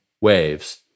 Waves